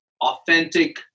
authentic